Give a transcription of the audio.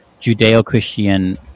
Judeo-Christian